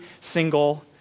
single